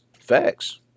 Facts